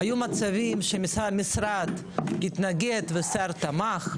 היו מצבים שמשרד התנגד והשר תמך,